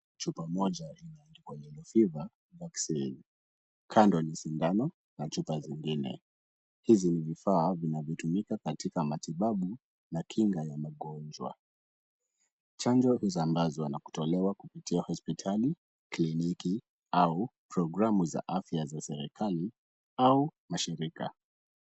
Chupa moja imeandikwa yellow fever vaccine . Kando ni sindano na chupa zingine. Hizi ni vifaa zinazotumika katika matibabu na kinga ya magonjwa. Chanjo hutolewa na kusambazwa kupitia hospitalini, kliniki au programu ya afya za kiseriekali au mashirika.